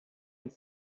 und